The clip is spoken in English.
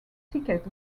ticket